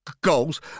goals